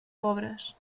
pobres